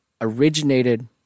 originated